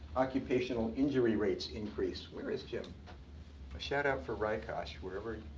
occupational injury rates increase. where is jim? a shout out for ricosh, wherever